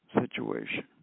situation